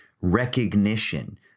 recognition